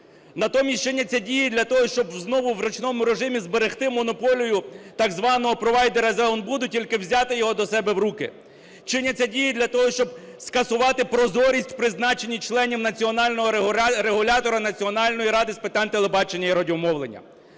Натомість чиняться дії для того, щоб знову в ручному режимі зберегти монополію так званого провайдера "Зеонбуду", тільки взяти його до себе в руки. Чиняться дії для того, щоб скасувати прозорість в призначенні членів національного регулятора Національної ради з питань телебачення і радіомовлення.